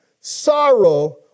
sorrow